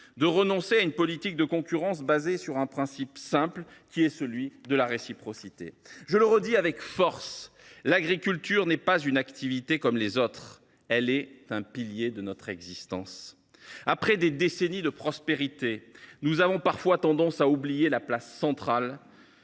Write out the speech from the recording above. de renoncer à une politique de concurrence fondée sur un principe aussi simple que celui de la réciprocité ? Je le redis avec force : l’agriculture n’est pas une activité comme les autres, elle est un pilier de notre existence ! Après des décennies de prospérité, nous avons parfois tendance à oublier la place centrale